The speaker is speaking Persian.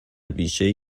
بیشهای